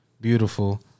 Beautiful